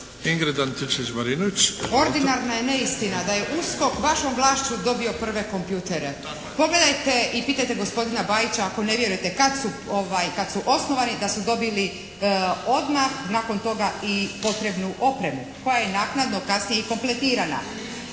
Ingrid (SDP)** Ordinarna je neistina da je USKOK vašom vlašću dobio prve kompjutere. Pogledajte i pitajte gospodina Bajića ako ne vjerujete kad su osnovani da su dobili odmah nakon toga i potrebnu opremu, pa je naknadno kasnije i kompletirana.